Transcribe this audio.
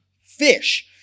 fish